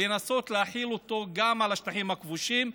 לנסות להחיל אותו גם על השטחים הכבושים,